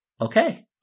Okay